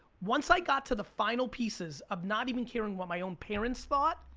once i got to the final pieces of not even caring what my own parents thought,